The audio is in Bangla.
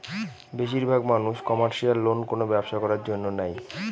বেশির ভাগ মানুষ কমার্শিয়াল লোন কোনো ব্যবসা করার জন্য নেয়